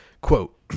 quote